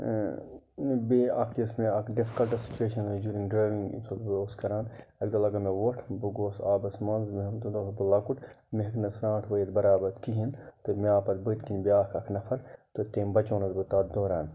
بیٚیہِ اکھ یۄس مےٚ اکھ ڈِفکَلٹہٕ سُچویشَن آیہِ جوٗرِنٛگ ڈرایوِنٛگ یمہِ ساتہٕ بہٕ اوسُس کَران اَکہِ دۄہ لَگٲو مےٚ وۄٹھ بہٕ گوٚوُس آبَس مَنٛز مےٚ ہیٚوک نہٕ تمہِ دۄہ اوسُس بہٕ لَکُٹ مےٚ ہیٚکۍ نہٕ سرانٛٹھ وٲیِتھ بَرابر کِہیٖنۍ تہٕ مےٚ آو پَتہٕ بٕتھۍ کٕنۍ بیاکھ اکھ نَفَر تہٕ تٔمۍ بَچونَس بہٕ تتھ دوران